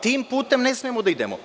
Tim putem ne smemo da idemo.